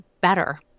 better